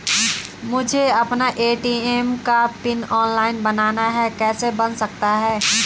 मुझे अपना ए.टी.एम का पिन ऑनलाइन बनाना है कैसे बन सकता है?